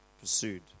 pursued